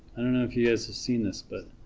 i don't know if you guys have seen this but